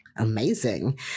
amazing